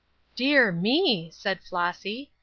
dear me! said flossy,